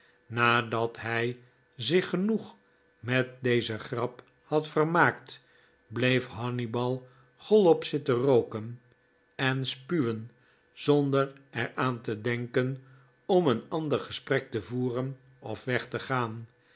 nadat hij zich genoeg met deze grap had vermaakt bleef hannibal chollop zitten rooken en spuwen zonder er aan te denken om een ander gesprek te voeren of weg te gaan